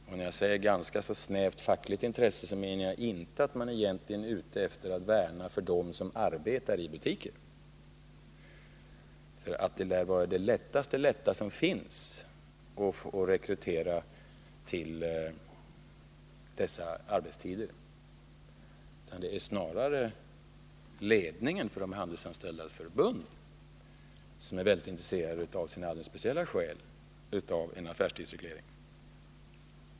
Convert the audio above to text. Och när jag nävt fackligt intresse menar jag inte att man egentligen att värna dem som arbetar i butiker, för det lär v är ute efter ra det lättaste som finns att rekrytera med dessa arbetstider, utan det är snarare ledningen för Handelsanställdas förbund som, av alldeles speciella skäl, är väldigt intresserad av en affärstidsreglering.